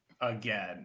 again